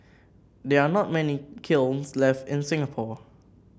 there are not many kilns left in Singapore